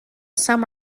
some